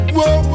Whoa